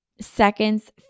seconds